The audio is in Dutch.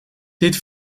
dit